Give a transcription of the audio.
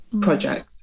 project